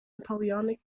napoleonic